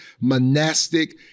monastic